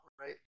right